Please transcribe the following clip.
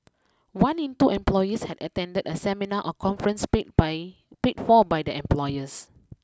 one in two employees had attended a seminar or conference paid by paid for by their employers